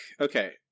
Okay